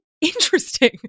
interesting